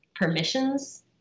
permissions